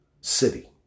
city